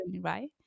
right